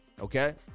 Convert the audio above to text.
Okay